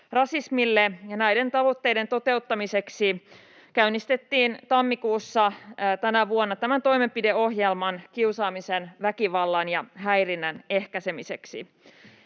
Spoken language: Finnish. rasismille. Näiden tavoitteiden toteuttamiseksi käynnistettiin tammikuussa tänä vuonna tämä toimenpideohjelma kiusaamisen, väkivallan ja häirinnän ehkäisemiseksi.